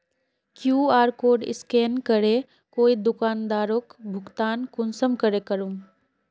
QR code scan करे कोई दुकानदारोक भुगतान कुंसम करे करूम?